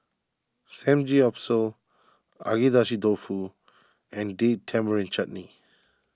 Samgeyopsal Agedashi Dofu and Date Tamarind Chutney